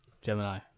Gemini